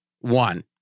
one